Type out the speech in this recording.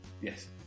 Yes